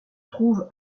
trouve